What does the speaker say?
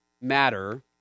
matter